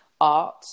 art